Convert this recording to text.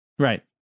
Right